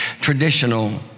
traditional